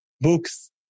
books